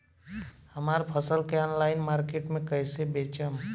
हमार फसल के ऑनलाइन मार्केट मे कैसे बेचम?